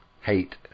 hate